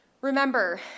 Remember